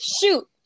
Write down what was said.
shoot